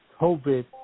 COVID